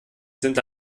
sind